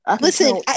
Listen